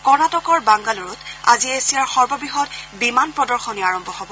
কৰ্ণাটকৰ বাংগালুৰুত আজি এছিয়াৰ সৰ্ববৃহৎ বিমান প্ৰদশনী আৰম্ভ হ'ব